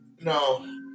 no